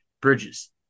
Bridges